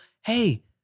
hey